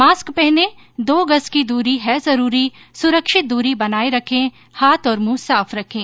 mask पहनें दो गज़ की दूरी है जरूरी सुरक्षित दूरी बनाए रखें हाथ और मुंह साफ रखें